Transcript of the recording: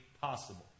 possible